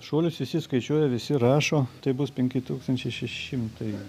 šuolius visi skaičiuoja visi rašo taip bus penki tūkstančiai šeši šimtai